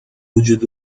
بوجود